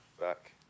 back